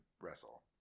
wrestle